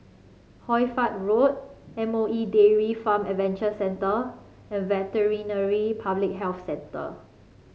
Hoy Fatt Road M O E Dairy Farm Adventure Centre and Veterinary Public Health Centre